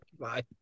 Bye